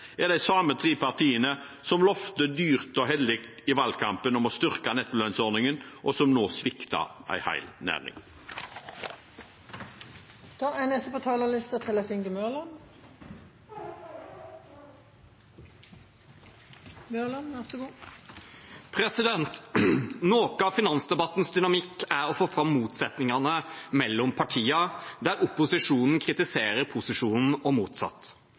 er de samme tre partiene som i valgkampen lovte dyrt og hellig å styrke nettolønnsordningen, og som nå svikter en hel næring. Noe av finansdebattens dynamikk er å få fram motsetningene mellom partiene, der opposisjonen kritiserer posisjonen og motsatt.